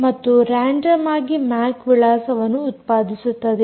ಮತ್ತು ರಾಂಡಮ್ ಆಗಿ ಮ್ಯಾಕ್ ವಿಳಾಸವನ್ನು ಉತ್ಪಾದಿಸುತ್ತದೆ